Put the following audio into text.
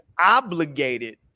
obligated